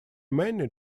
many